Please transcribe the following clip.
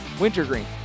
Wintergreen